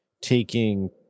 taking